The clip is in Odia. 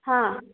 ହଁ